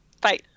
Bye